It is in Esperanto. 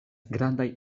grandaj